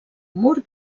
mur